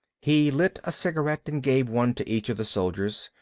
he lit a cigarette and gave one to each of the soldiers.